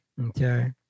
Okay